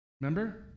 remember